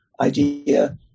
idea